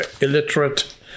illiterate